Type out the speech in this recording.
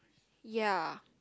ya